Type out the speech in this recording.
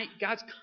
God's